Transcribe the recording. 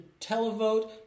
televote